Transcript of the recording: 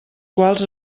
quals